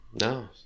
no